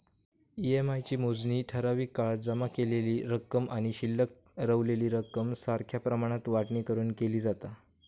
EMI ची मोजणी ठराविक काळात जमा केलेली रक्कम आणि शिल्लक रवलेली रक्कम सारख्या प्रमाणात वाटणी करून केली जाता